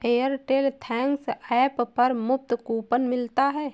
Airtel thanks app पर मुफ्त coupon मिलता है